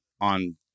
on